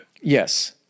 Yes